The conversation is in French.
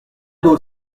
d’eau